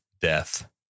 death